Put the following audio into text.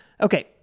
okay